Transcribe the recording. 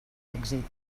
èxit